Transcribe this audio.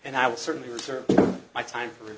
and i will certainly reserve my time for